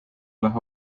los